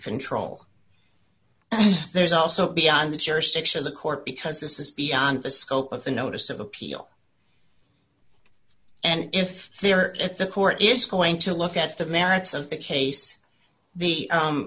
control there's also beyond the jurisdiction of the court because this is beyond the scope of the notice of appeal and if they're if the court is going to look at the merits of the case the